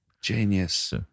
Genius